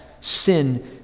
sin